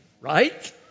right